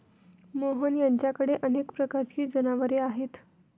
मोहन यांच्याकडे अनेक प्रकारची जनावरे आहेत